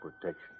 protection